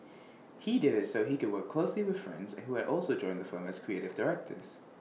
he did IT so that he could work closely with friends and who had also joined the firm as creative directors